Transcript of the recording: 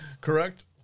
correct